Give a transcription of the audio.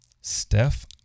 Steph